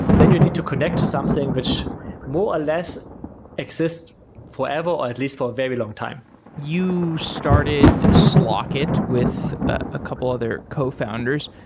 then you need to connect to something which more or less exist forever, or at least for a very long time you started slock it with a couple other co-founders.